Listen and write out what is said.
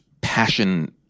passion